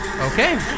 okay